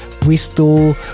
Bristol